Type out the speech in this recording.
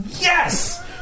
Yes